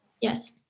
Yes